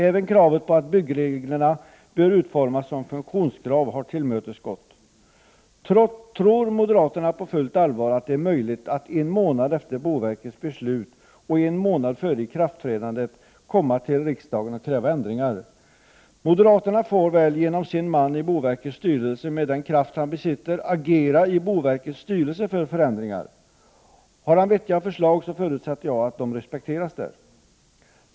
Även kravet på att byggreglerna bör utformas som funktionskrav har tillmötesgåtts. Tror moderaterna på fullt allvar att det är möjligt att en månad efter boverkets beslut och en månad före ikraftträdandet komma till riksdagen och kräva ändringar? Moderaterna får väl genom sin man i boverkets styrelse, med den kraft han besitter, agera i boverkets styrelse för förändringar. Har han vettiga förslag, förutsätter jag att de respekteras där.